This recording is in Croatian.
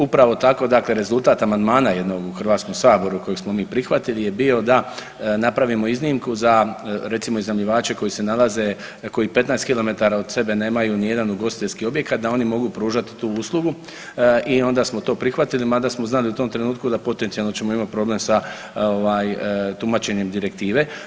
Upravo tako rezultat amandmana jednog u HS-u kojeg smo mi prihvatili je bio da napravimo iznimku za recimo iznajmljivače koji se nalaze koji 15km od sebe nemaju nijedan ugostiteljski objekat da oni mogu pružati tu uslugu i onda smo to prihvatili, mada smo znali u tom trenutku da potencijalno ćemo imati problem sa tumačenjem direktive.